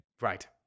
Right